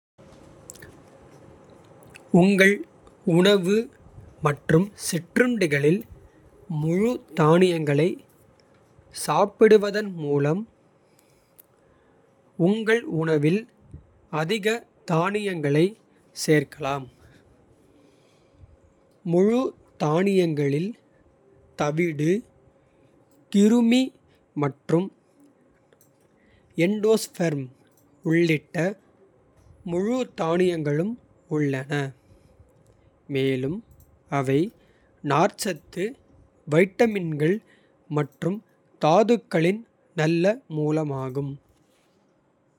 உங்கள் உணவு மற்றும் சிற்றுண்டிகளில் முழு தானியங்களை. சாப்பிடுவதன் மூலம் உங்கள் உணவில் அதிக. தானியங்களை சேர்க்கலாம் முழு தானியங்களில் தவிடு. கிருமி மற்றும் எண்டோஸ்பெர்ம் உள்ளிட்ட முழு. தானியங்களும் உள்ளன மேலும் அவை நார்ச்சத்து. வைட்டமின்கள் மற்றும் தாதுக்களின் நல்ல மூலமாகும்.